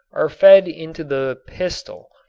are fed into the pistol.